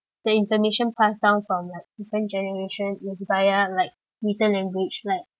the information passed down from like different generation like written language like